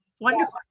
Wonderful